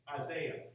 Isaiah